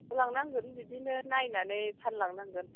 होलांनांगोन बिदिनो नायनानै फानलांनांगोन